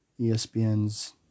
ESPN's